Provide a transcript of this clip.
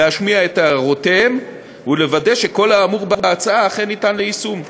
להשמיע את הערותיהם ולוודא שכל האמור בהצעה אכן ניתן ליישום.